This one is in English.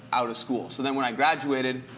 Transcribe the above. out of school. so then when i graduated